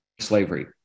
slavery